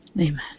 Amen